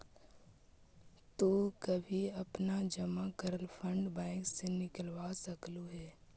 तु कभी अपना जमा करल फंड बैंक से निकलवा सकलू हे